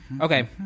Okay